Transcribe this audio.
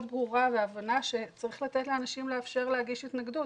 ברורה והבנה שצריך לתת לאנשים לאפשר להגיש התנגדות.